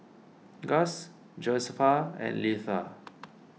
Guss Josefa and Litha